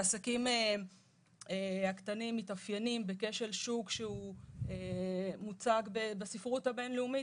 העסקים הקטנים מתאפיינים בכשל שוק שהוא הוצג בספרות הבין-לאומית